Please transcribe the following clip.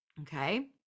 Okay